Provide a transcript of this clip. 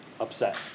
upset